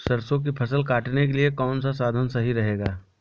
सरसो की फसल काटने के लिए कौन सा साधन सही रहेगा?